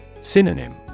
Synonym